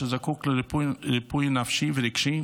שזקוק לריפוי נפשי ורגשי?